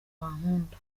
bankunda